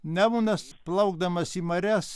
nemunas plaukdamas į marias